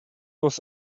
was